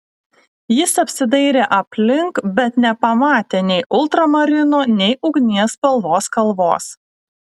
jis apsidairė aplink bet nepamatė nei ultramarino nei ugnies spalvos kalvos